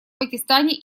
пакистане